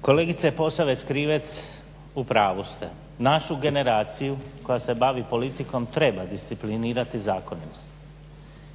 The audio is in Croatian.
Kolegice Posavec Krivec u pravu ste. Našu generaciju koja se bavi politikom treba disciplinirati zakonom.